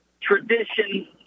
tradition